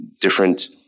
different